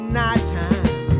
nighttime